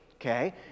Okay